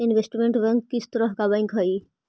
investment bank किस तरह का बैंक हई